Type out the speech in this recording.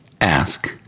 ask